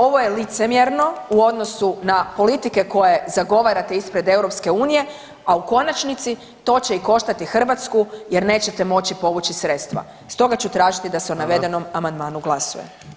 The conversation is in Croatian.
Ovo je licemjerno u odnosu na politike koje zagovarate ispred EU, a u konačnici to će i koštati Hrvatsku jer nećete moći povući sredstva stoga ću tražiti da se o navedenom amandmanu [[Upadica: Hvala.]] glasuje.